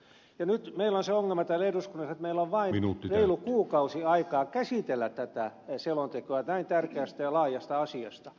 nyt meillä on se ongelma täällä eduskunnassa että meillä on vain reilu kuukausi aikaa käsitellä tätä selontekoa näin tärkeästä ja laajasta asiasta